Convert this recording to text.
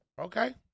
Okay